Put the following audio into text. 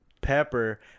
pepper